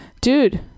dude